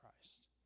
Christ